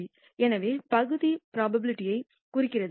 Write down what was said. எனவே பகுதி புரோபாபிலிடிஐ குறிக்கிறது